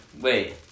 wait